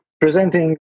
presenting